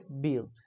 build